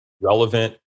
relevant